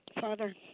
Father